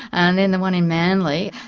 and then the one in manly,